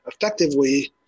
effectively